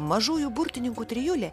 mažųjų burtininkų trijulė